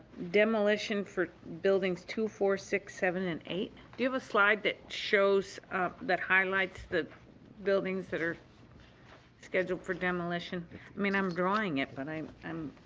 demolition for buildings two, four, six, seven, and eight. do you have a slide that shows that highlights the buildings that are scheduled for demolition? i mean, i'm drawing it but i'm um